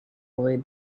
away